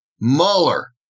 Mueller